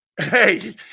Hey